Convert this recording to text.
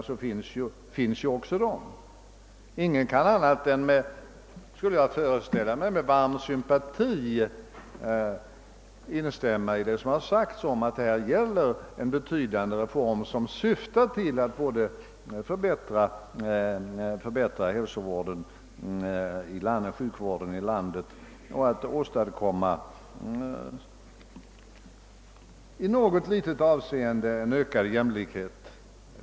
Jag föreställer mig att ingen kan underlåta att med varm sympati instämma i vad som här har sagts om att det gäller en betydande reform vars syfte är både att förbättra hälsovården och sjukvården i landet och att i någon liten mån åstadkomma ökad jämlikhet.